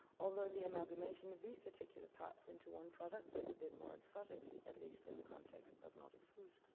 although the amalgamation of these particular parts into one product is a bit more exotic, at least in the context of nordic food.